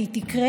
והיא תקרה.